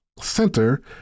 Center